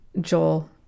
Joel